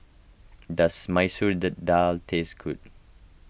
does Masoor Dal taste good